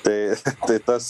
tai tai tas